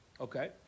Okay